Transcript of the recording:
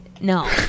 No